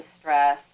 stress